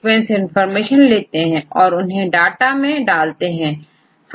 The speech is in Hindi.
अब हम सीक्वेंस इंफॉर्मेशन लेते हैं और इन्हें डाटा में डालते हैं